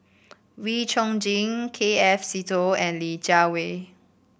Wee Chong Jin K F Seetoh and Li Jiawei